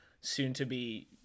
soon-to-be